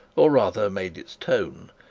or rather made its tone,